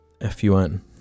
f-u-n